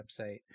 website